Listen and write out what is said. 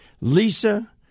Lisa